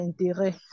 intérêt